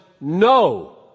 no